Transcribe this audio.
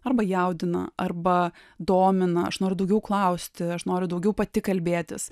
arba jaudina arba domina aš noriu daugiau klausti aš noriu daugiau pati kalbėtis